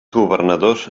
governadors